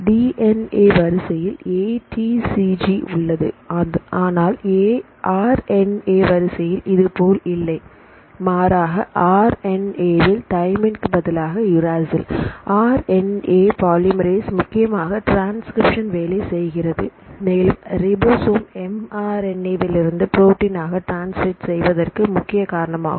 D N A வரிசையில் A T C G உள்ளது ஆனால் ஆர் என் ஏ வரிசையில் இதுபோல் இல்லை மாறாக ஆர் என் ஏ வில் தைமின் பதிலாக uracil R N A polymerase முக்கியமாக ட்ரான்ஸ்கிரிப்ஷன்வேலை செய்கிறது மேலும் ribosome m R N A விலிருந்து புரோட்டின் ஆக டிரன்ஸ்லட் செய்வதற்கு முக்கிய காரணமாகும்